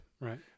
right